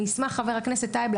חבר הכנסת טייב,